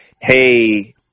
hey